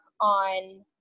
on